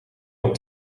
dan